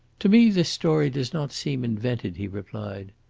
to me this story does not seem invented, he replied.